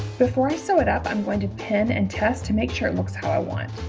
before i sew it up i'm going to pin and test to make sure it looks how i want